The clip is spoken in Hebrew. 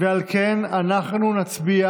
על כן, אנחנו נצביע